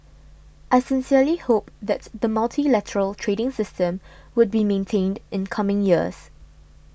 I sincerely hope that the multilateral trading system would be maintained in coming years